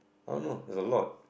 I don't know there's a lot